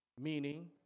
Meaning